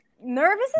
Nervous